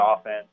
offense